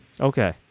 Okay